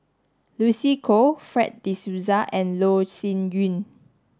Lucy Koh Fred de Souza and Loh Sin Yun